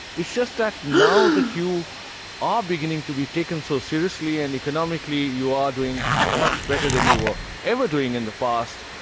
it's just that now that you are beginning to be taken so seriously and economically you are doing much better than you were ever doing in the past,